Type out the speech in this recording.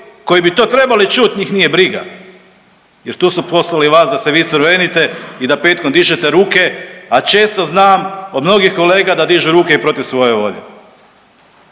koji bi to trebali čuti njih nije briga, jer tu su poslali vas da se vi crvenite i da petkom dižete ruke, a često znam od mnogih kolega da dižu ruke i protiv svoje volje.